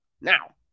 Now